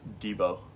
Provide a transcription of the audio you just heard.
Debo